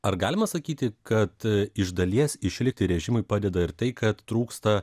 ar galima sakyti kad iš dalies išlikti režimui padeda ir tai kad trūksta